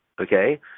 okay